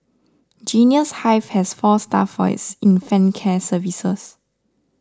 Genius Hive has four staff for its infant care services